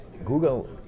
Google